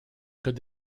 could